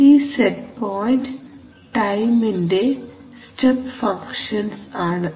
ഈ set point ടൈമിന്റെ step functions ആണ്